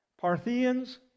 Parthians